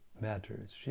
matters